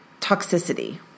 toxicity